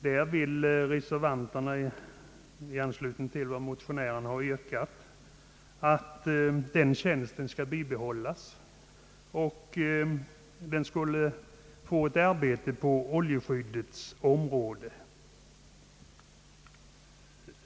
Där vill reservanterna, i anslutning till vad motionärerna yrkat, att tjänsten skall bibehållas och att den skall avse arbete på oljeskyddets område.